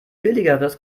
billigeres